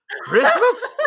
Christmas